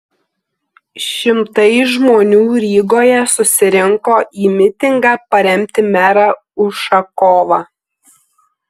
šimtai žmonių rygoje susirinko į mitingą paremti merą ušakovą